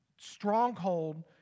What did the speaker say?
stronghold